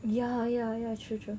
ya ya ya true true